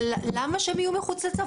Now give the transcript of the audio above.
אבל למה שהם יהיו מחוץ לצו?